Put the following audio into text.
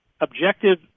objective